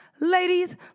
Ladies